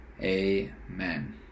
Amen